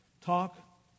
talk